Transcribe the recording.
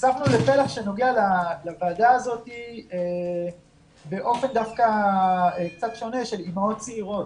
נחשפנו לפלח שנוגע לוועדה הזאת באופן דווקא קצת שונה של אימהות צעירות